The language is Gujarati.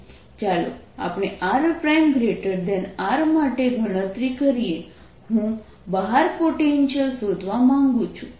ચાલો આપણે rr માટે ગણતરી કરીએ હું બહાર પોટેન્શિયલ શોધવા માંગુ છું